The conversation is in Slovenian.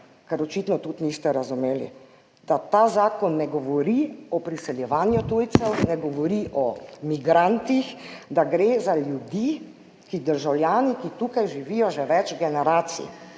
ker očitno tudi niste razumeli, da ta zakon ne govori o priseljevanju tujcev, ne govori o migrantih, gre za ljudi, državljane, ki tukaj živijo že več generacij,